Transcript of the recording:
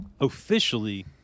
officially